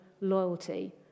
loyalty